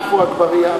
עפו אגבאריה,